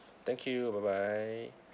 thank you bye bye